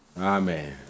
Amen